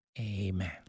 amen